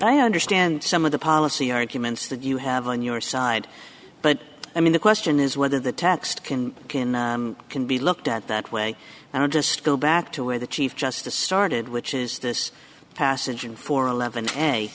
i understand some of the policy arguments that you have on your side but i mean the question is whether the taxed can can can be looked at that way and i just go back to where the chief justice started which is this passage in four eleven